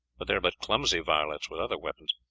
but they are but clumsy varlets with other weapons.